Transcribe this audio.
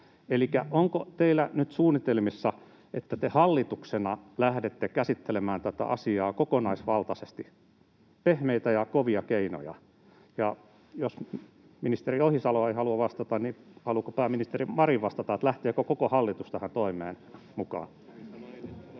onko teillä nyt suunnitelmissa, että te hallituksena lähdette käsittelemään tätä asiaa kokonaisvaltaisesti — pehmeitä ja kovia keinoja? Ja jos ministeri Ohisalo ei halua vastata, niin haluaako pääministeri Marin vastata, lähteekö koko hallitus tähän toimeen mukaan?